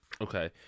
Okay